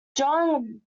juan